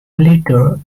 letter